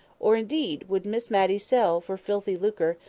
or, indeed, would miss matty sell, for filthy lucre,